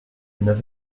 neuf